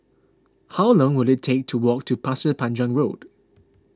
how long will it take to walk to Pasir Panjang Road